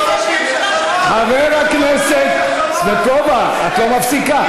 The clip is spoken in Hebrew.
חסון, סבטלובה, את לא מפסיקה.